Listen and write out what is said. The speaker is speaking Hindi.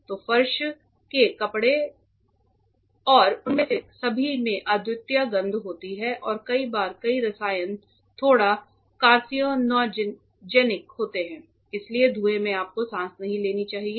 तो फर्श के कपड़े और उनमें से सभी में अद्वितीय गंध होती है और कई बार कई रसायन थोड़ा कैंसरजन्य होते हैं इसलिए धुएं में आपको सांस नहीं लेनी चाहिए